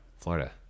Florida